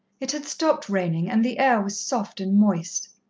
it had stopped raining, and the air was soft and moist.